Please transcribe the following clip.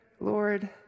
Lord